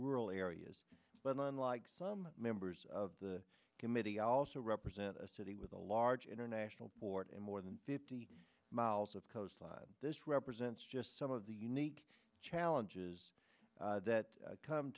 rural areas but unlike some members of the committee also represent a city with a large international board and more than fifty miles of coastline this represents just some of the unique challenges that come